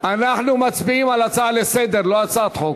אנחנו מצביעים על הצעה לסדר-היום, לא הצעת חוק.